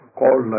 call